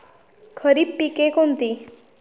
खरीप पिके कोणती?